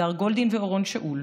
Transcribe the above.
הדר גולדין ואורון שאול,